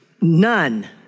None